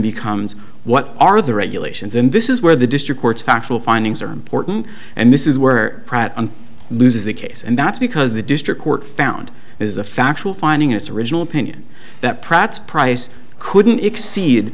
becomes what are the regulations in this is where the district courts factual findings are important and this is where pratt lose the case and that's because the district court found is the factual finding its original opinion that pratt's price couldn't exceed